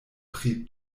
pri